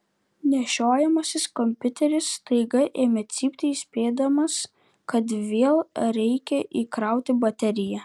nešiojamasis kompiuteris staiga ėmė cypti įspėdamas kad vėl reikia įkrauti bateriją